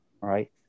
right